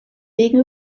wegen